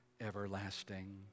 everlasting